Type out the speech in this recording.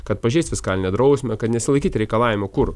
kad pažeist fiskalinę drausmę kad nesilaikyt reikalavimų kur